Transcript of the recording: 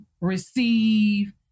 receive